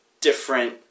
different